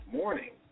morning